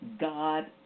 God